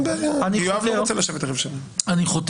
אני אומר